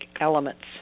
elements